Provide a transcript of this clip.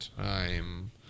time